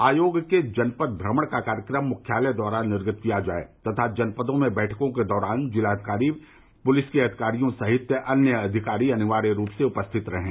आयोग के जनपद भ्रमण का कार्यक्रम मुख्यालय द्वारा निर्गत किया जाये तथा जनपदों में बैठकों के दौरान जिलाधिकारी पुलिस के अधिकारियों सहित अन्य अधिकारी अनिवार्य रूप से उपस्थित रहें